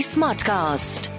Smartcast